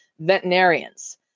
veterinarians